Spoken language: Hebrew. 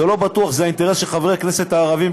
לא בטוח שזה האינטרס של חברי הכנסת הערבים,